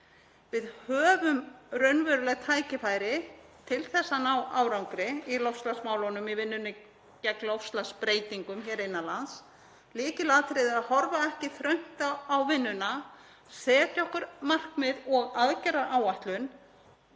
Við höfum raunveruleg tækifæri til að ná árangri í loftslagsmálum í vinnunni gegn loftslagsbreytingum innan lands. Lykilatriðið er að horfa ekki þröngt á vinnuna, setja okkur markmið og aðgerðaáætlun